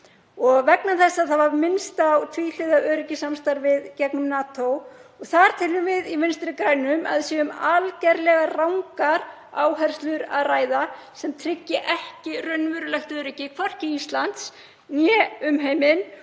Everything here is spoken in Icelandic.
Og vegna þess að minnst var á tvíhliða öryggissamstarf í gegnum NATO þá teljum við í Vinstri grænum að þar sé um algjörlega rangar áherslur að ræða sem tryggi ekki raunverulegt öryggi, hvorki Íslands né umheimsins,